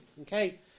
okay